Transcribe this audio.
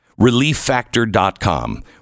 Relieffactor.com